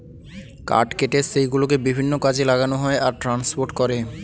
কাঠ কেটে সেই গুলোকে বিভিন্ন কাজে লাগানো হয় আর ট্রান্সপোর্ট করে